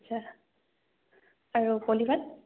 আচ্ছা আৰু পলি পাট